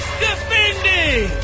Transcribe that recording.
defending